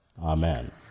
Amen